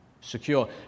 secure